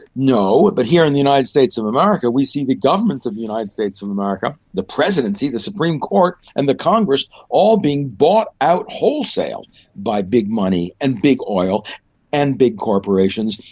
no. but here in the united states of america we see the government of the united states of america, the presidency, the supreme court and the congress all being bought out wholesale by big money and big oil and big corporations.